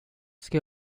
ska